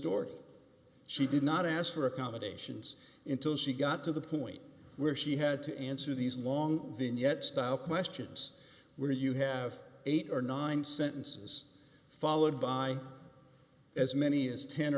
story she did not ask for accommodations in till she got to the point where she had to answer these long vignettes style questions where you have eight or nine sentences followed by as many as ten